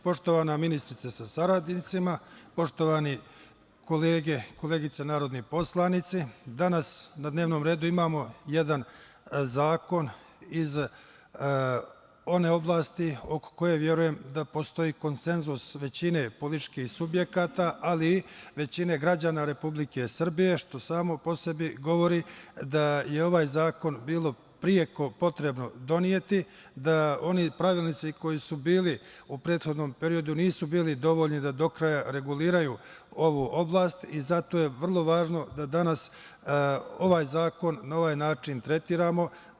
Poštovana ministrice sa saradnicima, poštovane kolege i koleginice narodni poslanici, danas na dnevnom redu imamo jedan zakon iz one oblasti oko koje, verujem, postoji konsenzus većine političkih subjekata, ali i većine građana Republike Srbije, što samo po sebi govori da je ovaj zakon bilo preko potrebno doneti, da oni pravilnici koji su bili u prethodnom periodu nisu bili dovoljni da do kraja regulišu ovu oblast i zato je vrlo važno da danas ovaj zakon na ovaj način tretiramo.